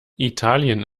italien